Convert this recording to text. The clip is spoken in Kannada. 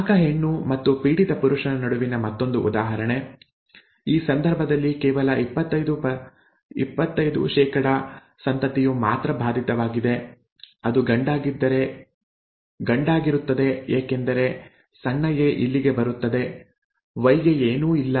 ವಾಹಕ ಹೆಣ್ಣು ಮತ್ತು ಪೀಡಿತ ಪುರುಷನ ನಡುವಿನ ಮತ್ತೊಂದು ಉದಾಹರಣೆ ಈ ಸಂದರ್ಭದಲ್ಲಿ ಕೇವಲ 25 ಸಂತತಿಯು ಮಾತ್ರ ಬಾಧಿತವಾಗಿದೆ ಅದು ಗಂಡಾಗಿರುತ್ತದೆ ಏಕೆಂದರೆ ಸಣ್ಣ ಎ ಇಲ್ಲಿಗೆ ಬರುತ್ತದೆ ವೈ ಗೆ ಏನೂ ಇಲ್ಲ